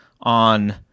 on